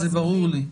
זה ברור לי.